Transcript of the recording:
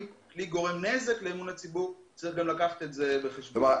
וגרימת נזק לאמון הציבור היא משהו שגם צריך לקחת אותו בחשבון.